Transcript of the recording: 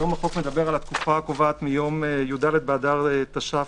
כיום החוק מדבר על התקופה הקובעת מיום י"ד אדר התש"ף,